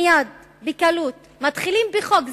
מייד, בקלות מתחילים בחוק.